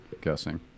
Guessing